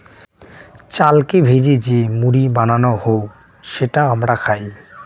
চালকে ভেজে যে মুড়ি বানানো হউ যেটা হামরা খাই